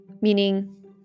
meaning